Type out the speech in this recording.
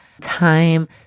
time